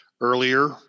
earlier